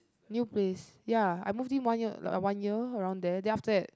new place ya I moved in one year like uh one year around there then after that